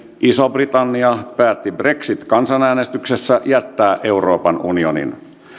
iso britannia päätti brexit kansanäänestyksessä jättää euroopan unionin